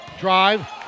drive